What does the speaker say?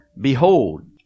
Behold